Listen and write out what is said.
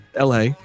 la